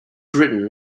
written